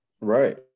right